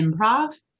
improv